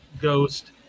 ghost